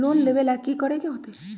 Loan लेवेला की करेके होतई?